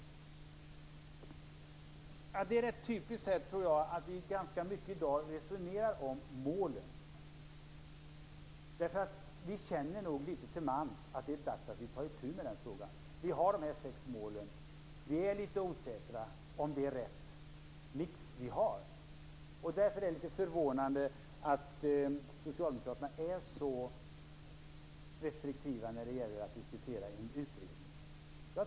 Jag tror att det är rätt typiskt att vi i dag ganska mycket resonerar om målet. Vi känner nog litet till mans att det är dags att ta itu med den frågan. Vi har de sex målen. Vi är litet osäkra på om det är rätt mix vi har. Därför är det litet förvånande att socialdemokraterna är så restriktiva när det gäller att diskutera en utredning.